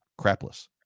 crapless